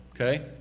okay